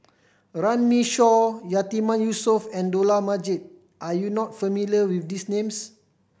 Runme Shaw Yatiman Yusof and Dollah Majid are you not familiar with these names